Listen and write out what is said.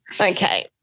Okay